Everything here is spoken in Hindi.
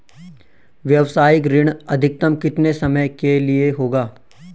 व्यावसायिक ऋण अधिकतम कितने समय के लिए होगा?